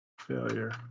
Failure